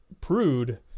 prude